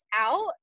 out